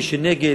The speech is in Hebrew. ומי שנגד,